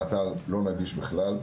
האתר לא נגיש בכלל,